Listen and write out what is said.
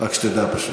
רק שתדע, פשוט.